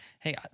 hey